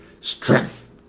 strength